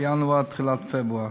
או בתחילת פברואר.